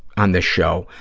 on this show.